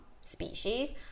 species